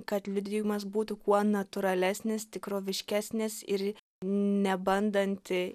kad liudijimas būtų kuo natūralesnis tikroviškesnis ir nebandant